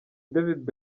david